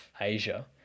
Asia